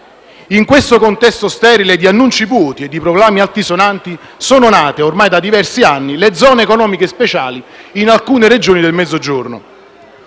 In questo contesto sterile di annunci vuoti e di proclami altisonanti, sono nate, ormai da diversi anni, le zone economiche speciali in alcune Regioni del Mezzogiorno.